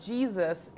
Jesus